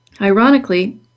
ironically